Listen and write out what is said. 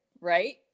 Right